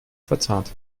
verzahnt